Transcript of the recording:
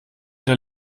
der